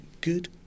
good